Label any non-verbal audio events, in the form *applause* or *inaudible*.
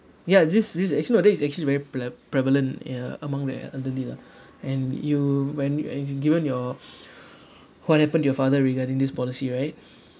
ya this this actually nowadays it's actually very pre~ prevalent ya among the elderly lah *breath* and you when you and it's given your *breath* what happened to your father regarding this policy right